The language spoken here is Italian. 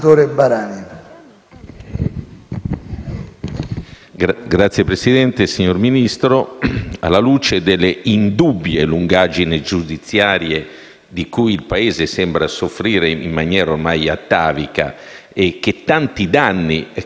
BARANI *(AL-A)*. Signor Ministro, alla luce delle indubbie lungaggini giudiziarie di cui il Paese sembra soffrire in maniera ormai atavica e che tanti danni causano in termini finanche